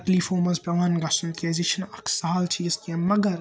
تَکلیٖفو منٛز پیٚوان گَژھُن کیٛازِ یہِ چھَنہٕ اَکھ سَہل چیٖز کیٚنٛہہ مَگَر